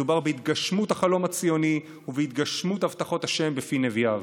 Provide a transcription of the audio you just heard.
מדובר בהתגשמות החלום הציוני ובהתגשמות הבטחות השם בפי נביאיו.